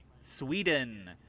Sweden